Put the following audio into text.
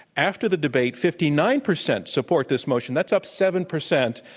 after the debate, fifty nine percent support this motion. that's up seven percent.